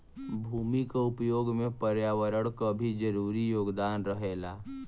भूमि क उपयोग में पर्यावरण क भी जरूरी योगदान रहेला